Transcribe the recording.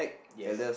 yes